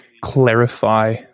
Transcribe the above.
clarify